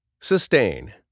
Sustain